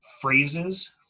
phrases